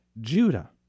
Judah